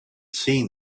seen